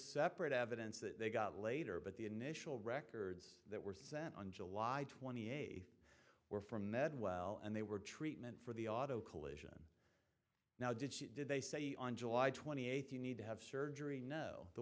separate evidence that they got later but the initial records that were sent on july twenty eighth were from med well and they were treatment for the auto collision now did she did they say on july twenty eighth you need to have surgery know the